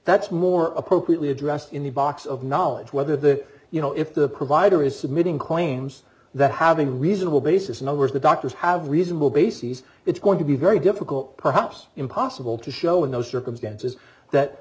that's more appropriately addressed in the box of knowledge whether the you know if the provider is submitting claims that having reasonable basis in other words the doctors have reasonable bases it's going to be very difficult perhaps impossible to show in those circumstances that